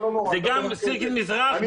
זה גם סירקין מזרח,